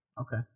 okay